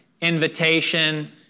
invitation